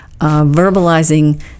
verbalizing